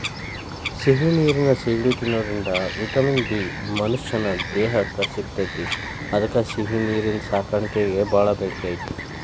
ಸಿಹಿ ನೇರಿನ ಸಿಗಡಿ ತಿನ್ನೋದ್ರಿಂದ ವಿಟಮಿನ್ ಬಿ ಮನಶ್ಯಾನ ದೇಹಕ್ಕ ಸಿಗ್ತೇತಿ ಅದ್ಕ ಸಿಹಿನೇರಿನ ಸಾಕಾಣಿಕೆಗ ಬಾಳ ಬೇಡಿಕೆ ಐತಿ